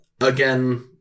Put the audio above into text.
again